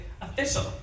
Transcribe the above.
official